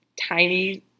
tiny